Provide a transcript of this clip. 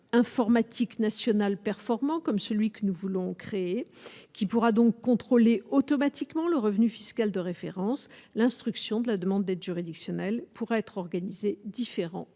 informatique nationale performants comme celui que nous voulons créer qui pourra donc contrôler automatiquement le revenu fiscal de référence, l'instruction de la demande d'aide juridictionnelle pourrait être organisé différents